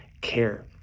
care